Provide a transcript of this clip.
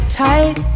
tight